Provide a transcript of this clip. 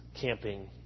camping